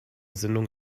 sendung